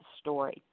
story